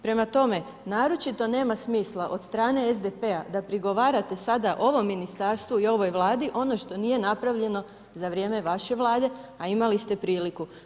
Prema tome, naročito nema smisla od strane SDP-a da prigovarate sada ovom ministarstvu i ovoj Vladi ono što nije napravljeno za vrijeme vaše Vlade, a imali ste priliku.